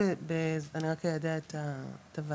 אני רק איידע את הוועד.